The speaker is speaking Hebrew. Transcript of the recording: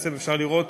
בעצם אפשר לראות